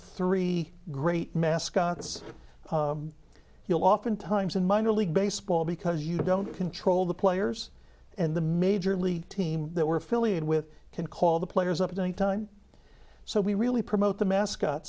three great mascots you know oftentimes in minor league baseball because you don't control the players and the major league team that were affiliated with can call the players up one time so we really promote the mascot